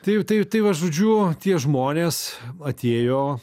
tai jau tai tai va žodžiu tie žmonės atėjo